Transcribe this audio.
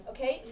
Okay